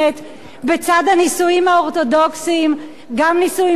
בצד הנישואים האורתודוקסיים גם נישואים אזרחיים,